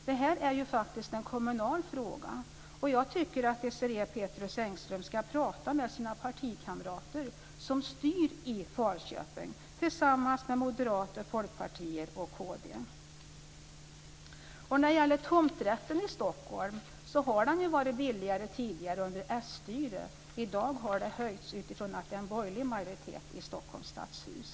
Det är ju en kommunal fråga, och jag tycker att Desirée Pethrus Engström ska prata med sina partikamrater i kd som styr i Falköping tillsammans med Moderaterna och När det gäller tomträtten i Stockholm kan jag säga att priserna har varit lägre tidigare, under s-styret. I dag har priserna höjts, utifrån att det är en borgerlig majoritet i Stockholms stadshus.